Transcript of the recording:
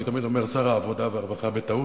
אני תמיד אומר שר העבודה והרווחה בטעות,